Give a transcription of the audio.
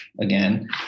again